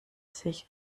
sich